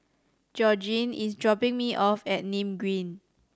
Georgene is dropping me off at Nim Green